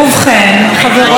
חברות וחברים,